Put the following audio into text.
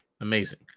Amazing